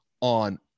on